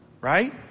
Right